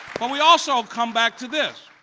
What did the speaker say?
but we also come back to this.